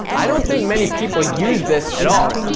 i don't think many people use this at all,